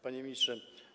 Panie Ministrze!